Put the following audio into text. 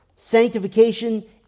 Sanctification